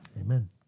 Amen